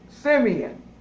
Simeon